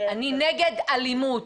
אני נגד אלימות,